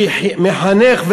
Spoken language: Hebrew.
כי מחנך,